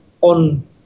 on